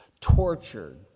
tortured